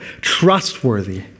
trustworthy